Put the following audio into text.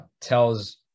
tells